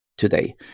today